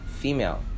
female